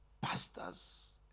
pastors